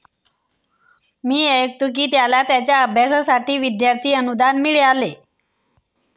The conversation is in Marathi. मी ऐकतो की त्याला त्याच्या अभ्यासासाठी विद्यार्थी अनुदान मिळाले